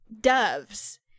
doves